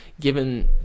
given